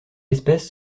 espèce